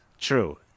True